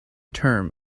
term